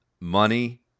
money